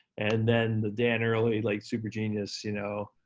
and then the dan early, like super genius, you know,